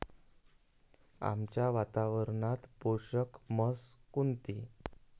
आमच्या वातावरनात पोषक म्हस कोनची?